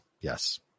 Yes